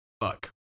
fuck